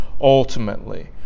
ultimately